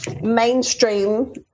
mainstream